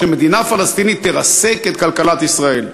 שמדינה פלסטינית תרסק את כלכלת ישראל.